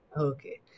Okay